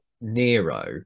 nero